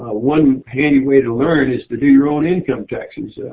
one handy way to learn is to do your own income taxes.